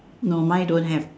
no mine don't have